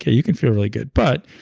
yeah you can feel really good, but,